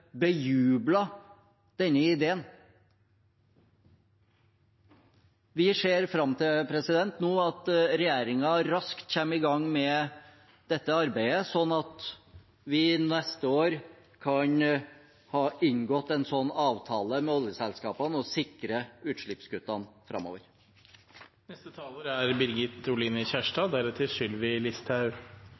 denne ideen. Vi ser nå fram til at regjeringen raskt kommer i gang med dette arbeidet, sånn at vi neste år kan ha inngått en sånn avtale med oljeselskapene og sikre utslippskuttene framover. Representanten Birgit Oline Kjerstad